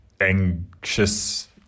anxious